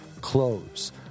clothes